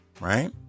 Right